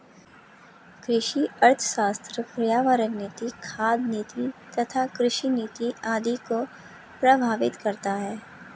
कृषि अर्थशास्त्र पर्यावरण नीति, खाद्य नीति तथा कृषि नीति आदि को प्रभावित करता है